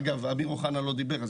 אגב, אמיר אוחנה לא דיבר.